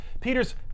Peter's